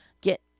get